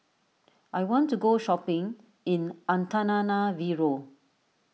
I want to go shopping in Antananarivo